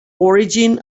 origin